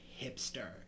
hipster